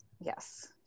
yes